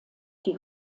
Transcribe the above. die